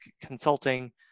consulting